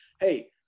hey